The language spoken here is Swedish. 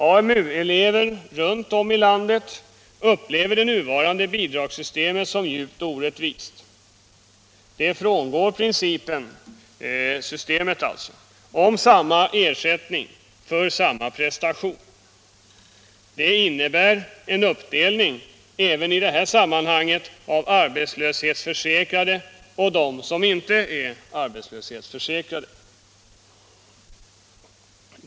AMU-elever runt om i landet upplever det nuvarande bidragssystemet som djupt orättvist. Detta system frångår principen om samma ersättning för samma prestation. Det innebär en uppdelning även i detta sammanhang av arbetslöshetsförsäkrade och inte arbetslöshetsförsäkrade.